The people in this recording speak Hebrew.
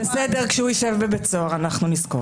בסדר, כשהוא יישב בבית סוהר אנחנו נזכור את זה.